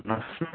भन्नुहोस् न